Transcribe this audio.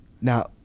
now